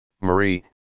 Marie